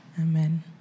Amen